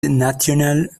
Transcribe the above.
national